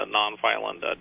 nonviolent